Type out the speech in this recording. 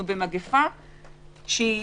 אנו במגפה שהיא